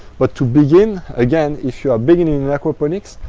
but to begin, again if you are beginning in aquaponics,